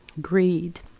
greed